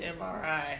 MRI